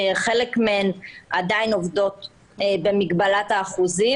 חלק מהן עדיין עובדות במגבלת האחוזים